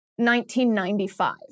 1995